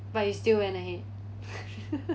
but you still went ahead